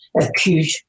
acute